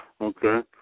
Okay